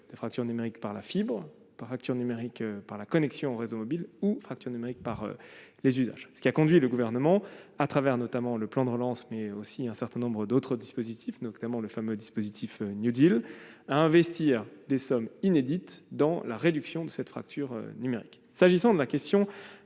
par action numérique par la connexion réseau mobile ou fracture numérique par les usagers, ce qui a conduit le gouvernement à travers notamment le plan de relance, mais aussi un certain nombre d'autres dispositifs, notamment le fameux dispositif New Deal investir des sommes inédite dans la réduction de cette fracture numérique s'agissant de la question